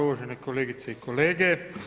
Uvažene kolegice i kolege.